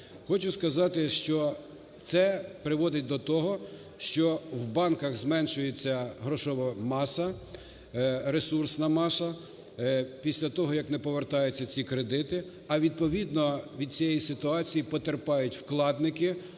Хочу сказати, що це приводить до того, що в банках зменшується грошова маса, ресурсна маса після того, як не повертаються ці кредити, а відповідно від цієї ситуації потерпають вкладники,